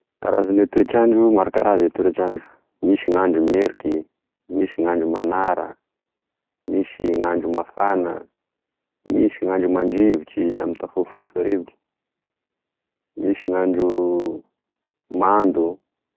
Karazagne toetrandro maro karaza e toetrandro misy gn'andro meriky, misy gn'andro manara, misy gn'andro mafana, misy gn'andro mandrivotry da mitafofofofo rivotry, misy gn'andro mando.